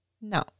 no